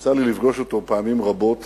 יצא לי לפגוש אותו פעמים רבות